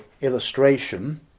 illustration